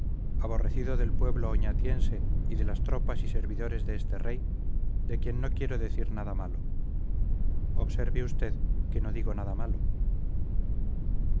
aborrecido del pueblo oñatiense y de las tropas y servidores de este rey de quien no quiero decir nada malo observe usted que no digo nada malo